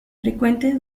frecuentes